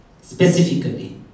specifically